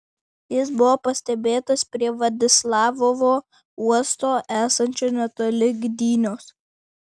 jis buvo pastebėtas prie vladislavovo uosto esančio netoli gdynios